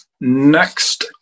next